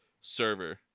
server